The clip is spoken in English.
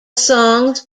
songs